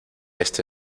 este